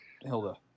Hilda